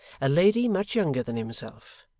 a lady much younger than himself,